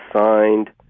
signed